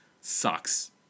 sucks